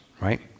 right